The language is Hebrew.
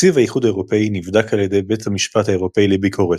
תקציב האיחוד האירופי נבדק על ידי בית המשפט האירופי לביקורת.